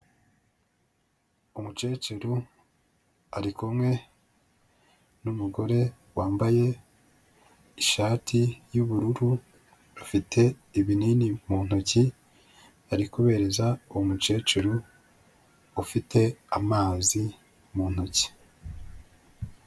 Umukecuru arikumwe n'umugore wambaye ishati y'ubururu, afite ibinini mu ntoki, ari kubihereza umukecuru ufite amazi mu ntoki.